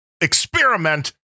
experiment